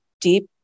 deep